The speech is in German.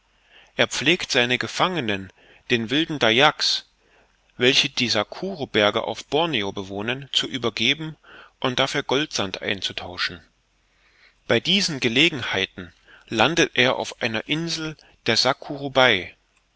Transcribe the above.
er pflegt seine gefangenen den wilden dayaks welche die sakuruberge auf borneo bewohnen zu übergeben und dafür goldsand einzutauschen bei diesen gelegenheiten landet er auf einer insel der sakurubai